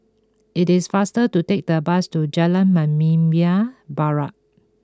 it is faster to take the bus to Jalan Membina Barat